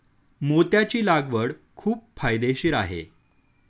मोत्याची लागवड खूप फायदेशीर आहे